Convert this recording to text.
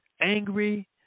angry